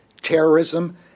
terrorism